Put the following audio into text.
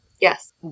yes